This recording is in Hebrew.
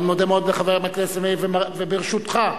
ברשותך,